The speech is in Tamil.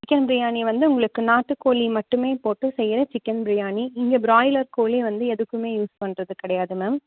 சிக்கன் பிரியாணி வந்து உங்களுக்கு நாட்டுக்கோழி மட்டுமே போட்டு செய்யற சிக்கன் பிரியாணி இங்கே ப்ராயிலர் கோழி வந்து எதுக்குமே யூஸ் பண்ணுறது கிடையாது மேம்